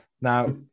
Now